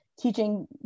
teaching